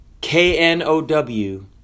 k-n-o-w